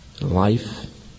life